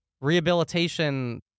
rehabilitation